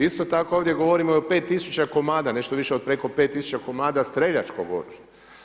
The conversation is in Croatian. Isto tako ovdje govorimo i o 5 tisuća komada, nešto više od preko 5 tisuća komada streljačkog oružja.